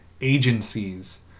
agencies